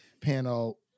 panel